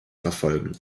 verfolgen